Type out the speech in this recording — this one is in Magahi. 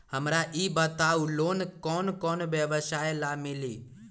हमरा ई बताऊ लोन कौन कौन व्यवसाय ला मिली?